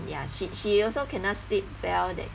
ya she she also cannot sleep well that